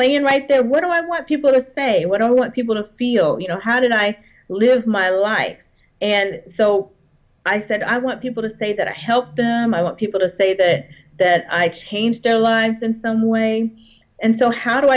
laying right there what i want people to say what i want people to feel you know how did i live my life and so i said i want people to say that i help them i want people to say that that i changed their lives in some way and so how do